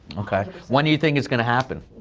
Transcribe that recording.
okay. when you think it's going to happen?